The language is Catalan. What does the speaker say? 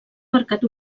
marcat